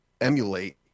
emulate